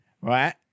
right